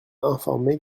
informé